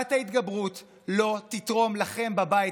פסקת ההתגברות לא תתרום לכם בבית,